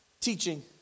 teaching